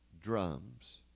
Drums